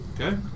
Okay